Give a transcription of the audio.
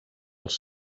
als